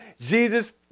Jesus